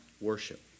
worship